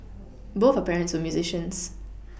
both her parents were musicians